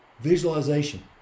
Visualization